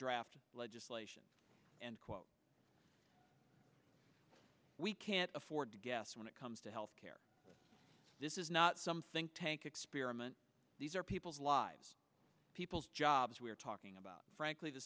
draft legislation and quote we can't afford to guess when it comes to health care this is not some think tank experiment these are people's lives people's jobs we're talking about frankly the